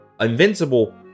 Invincible